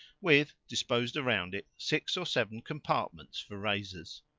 with, disposed around it, six or seven compartments for razors.